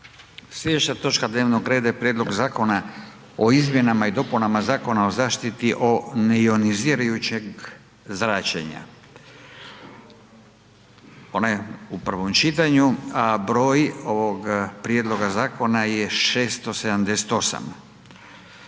Slijedeća točka dnevnog reda je: - Prijedlog zakona o izmjenama i dopunama Zakona o zaštiti od neionizirajućeg zračenja, prvo čitanje, P.Z. br. 678 Predlagatelji su